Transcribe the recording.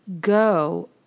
go